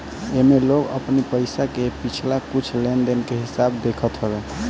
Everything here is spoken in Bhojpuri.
एमे लोग अपनी पईसा के पिछला कुछ लेनदेन के हिसाब देखत हवे